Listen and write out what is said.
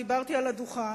דיברתי על הדוכן,